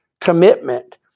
commitment